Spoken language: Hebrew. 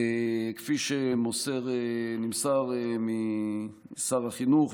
כפי שנמסר משר החינוך,